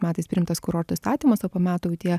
metais priimtas kurorto įstatymas o po metų jau tie